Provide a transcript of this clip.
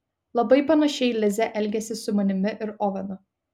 labai panašiai lizė elgėsi su manimi ir ovenu